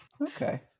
Okay